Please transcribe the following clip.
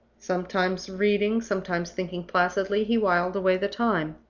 sometimes reading, sometimes thinking placidly, he whiled away the time.